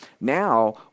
Now